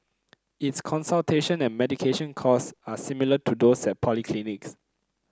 its consultation and medication cost are similar to those at polyclinics